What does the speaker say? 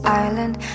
island